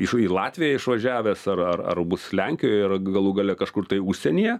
iš į latviją išvažiavęs ar ar ar bus lenkijoj ir galų gale kažkur tai užsienyje